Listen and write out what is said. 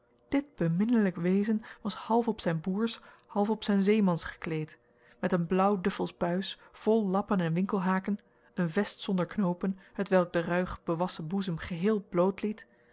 dit beminnelijk wezen was half op zijn boersch half op zijn zeemans gekleed met een blaauw duffelsch buis vol lappen en winkelhaken een vest zonder knoopen hetwelk den ruig bewassen boezem geheel bloot liet